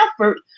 effort